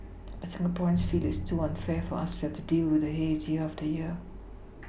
but Singaporeans feel it is too unfair for us to have to deal with the haze year after year